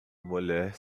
mulher